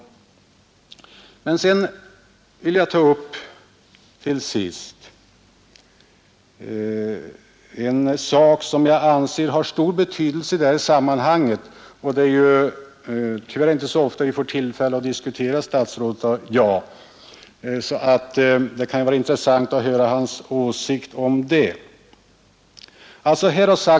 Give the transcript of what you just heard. Till sist vill jag ta upp en sak som jag anser har stor betydelse i detta sammanhang; det är tyvärr inte så ofta som statsrådet och jag får tillfälle att diskutera, så det kan vara intressant att höra statsrådets åsikt om den.